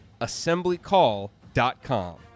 assemblycall.com